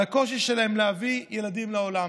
על הקושי שלהן להביא ילדים לעולם.